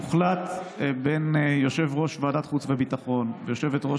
הוחלט בין יושב-ראש ועדת החוץ והביטחון ויושבת-ראש